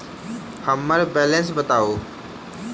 हम्मर बैलेंस बताऊ